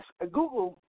Google